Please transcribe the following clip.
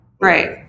Right